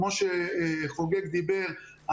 כמו שחוגג אמר,